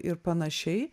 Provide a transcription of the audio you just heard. ir panašiai